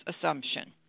assumption